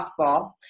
softball